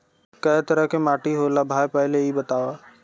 कै तरह के माटी होला भाय पहिले इ बतावा?